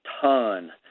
ton